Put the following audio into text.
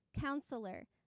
counselor